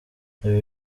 ibi